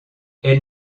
elle